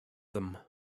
them